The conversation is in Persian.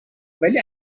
ولی